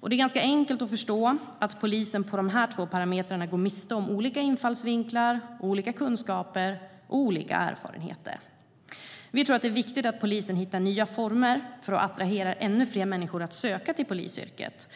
Det är enkelt att förstå att polisen på de här två parametrarna går miste om olika infallsvinklar, kunskaper och erfarenheter. Vi tror att det är viktigt att polisen hittar nya former för att attrahera ännu fler människor att söka till polisyrket.